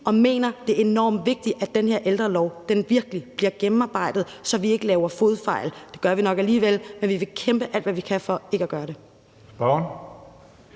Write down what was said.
og mener, at det er enormt vigtigt, at den her ældrelov virkelig bliver gennemarbejdet, så vi ikke laver fodfejl. Det gør vi nok alligevel, men vi vil kæmpe alt, hvad vi kan, for ikke at gøre det.